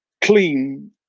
clean